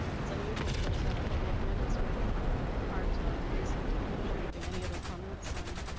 it's unusual for us to have a couple of minutes where we aren't racing to finish anything. any other comments on